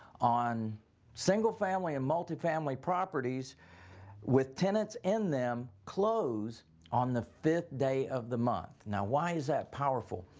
on single family and multifamily properties with tenants in them close on the fifth day of the month. now, why is that powerful?